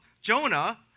Jonah